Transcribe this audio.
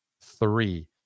three